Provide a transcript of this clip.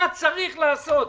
מה צריך לעשות?